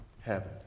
heaven